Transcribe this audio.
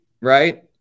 right